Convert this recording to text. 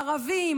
הערבים,